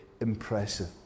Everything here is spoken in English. impressive